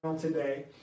today